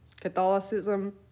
Catholicism